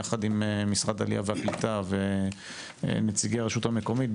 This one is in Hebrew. יחד עם משרד העלייה והקליטה ונציגי הרשות המקומית,